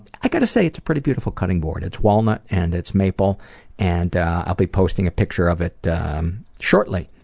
i gotta say, it's a pretty beautiful cutting board. it's walnut and it's maple and i'll be posting a picture of it um shortly.